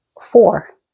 four